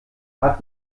hat